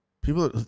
people